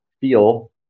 feel